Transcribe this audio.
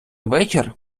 вечір